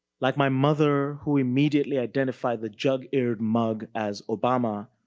like my mother, who immediately identified the jug-eared mug as obama,